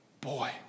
Boy